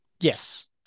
Yes